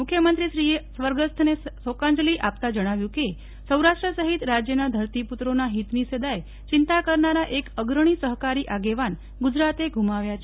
મુખ્યમંત્રીશ્રીએ સ્વર્ગસ્થને શોકાંજલી આપતા જણાવ્યું કે સૌરાષ્ટ્ર સહિત રાજ્યના ધરતીપુત્રોના હિતની સદાય ચિંતા કરનારા એક અગ્રણી સહકારી આગેવાન ગુજરાતે ગુમાવ્યા છે